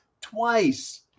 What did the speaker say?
Twice